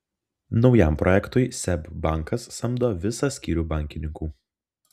naujam projektui seb bankas samdo visą skyrių bankininkų